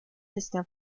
está